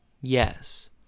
Yes